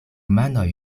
manoj